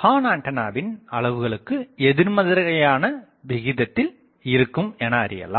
ஹார்ன்ஆண்டனாவின் அளவுகளுக்கு எதிர்மறையான விகிதத்தில் இருக்கும் எனஅறியலாம்